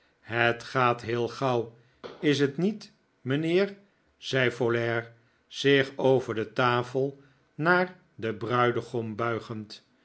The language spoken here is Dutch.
het gaat heel gauw is t niet mijnheer zei folair zich over de tafel naar den bruidegom